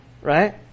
Right